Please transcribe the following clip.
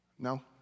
No